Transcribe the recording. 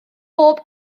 bob